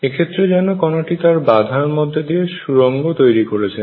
এক্ষেত্রে যেনো কনাটি তার বাঁধার মধ্যে দিয়ে সুরঙ্গ তৈরি করেছে